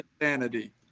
insanity